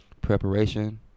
preparation